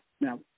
Now